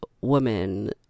woman